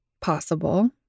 possible